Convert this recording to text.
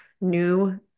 new